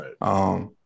Right